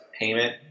payment